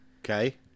Okay